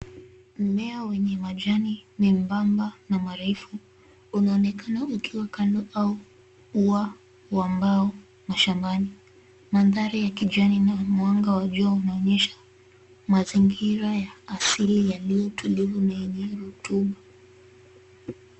Mmea wenye majani membamba na marefu unaonekana ukiwa kando au ua wa mbao mashambani. Mandhari ya kijani na mwanga wa jua unaonyesha mazingira ya asili yaliyo tulivu na yenye rutuba.